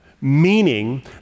Meaning